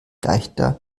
leichter